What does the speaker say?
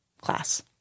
class